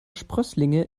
sprösslinge